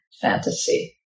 fantasy